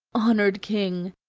honored king,